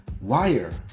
wire